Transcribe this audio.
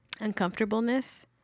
uncomfortableness